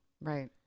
right